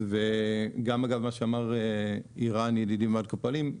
גם אגב מה שאמר עירן ידידי מבנק הפועלים,